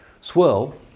swirl